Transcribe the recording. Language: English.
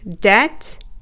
debt